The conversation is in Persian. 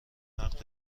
نقد